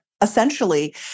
essentially